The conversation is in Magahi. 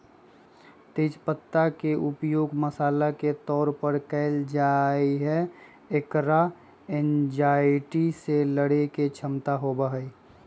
तेज पत्ता के उपयोग मसाला के तौर पर कइल जाहई, एकरा एंजायटी से लडड़े के क्षमता होबा हई